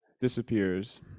disappears